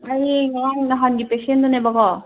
ꯑꯩ ꯉꯔꯥꯡ ꯅꯍꯥꯟꯒꯤ ꯄꯦꯁꯦꯟꯗꯨꯅꯦꯕꯀꯣ